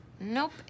Nope